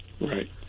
Right